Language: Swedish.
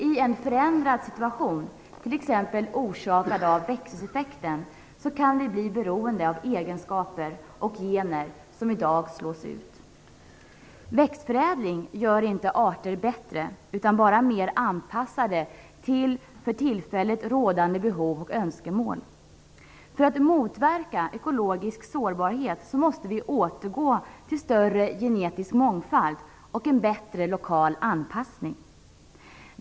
I en förändrad situation, t.ex. orsakad av växthuseffekten, kan vi beroende av egenskaper och gener som i dag slås ut. Växtförädling gör inte arter bättre utan bara mer anpassade till för tillfället rådande behov och önskemål. För att motverka ekologisk sårbarhet måste vi återgå till större genetisk mångfald och en bättre lokal anpassning.